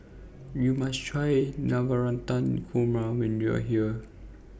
YOU must Try Navratan Korma when YOU Are here